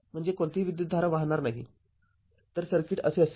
म्हणजे कोणतीही विद्युतधारा वाहणार नाही तर सर्किट असे असेल